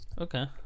okay